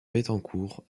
bettencourt